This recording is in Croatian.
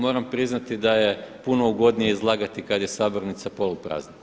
Moram priznati da je puno ugodnije izlagati da je sabornica poluprazna.